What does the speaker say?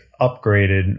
upgraded